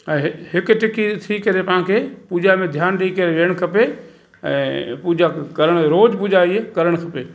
ऐं हिकु टिक थी करे पाण खे पूॼा में ध्यानु ॾेई करे विहणु खपे ऐं पूॼा करण रोज़ु पूॼा इअं करणु खपे